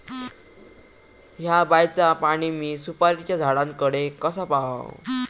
हया बायचा पाणी मी सुपारीच्या झाडान कडे कसा पावाव?